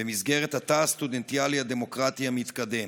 במסגרת התא הסטודנטיאלי הדמוקרטי המתקדם.